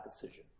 decision